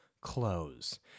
close